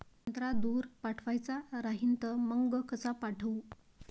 संत्रा दूर पाठवायचा राहिन तर मंग कस पाठवू?